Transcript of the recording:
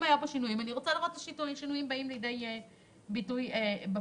אם היו שינויים אני רוצה לראות איך הם באים לידי ביטוי בפועל.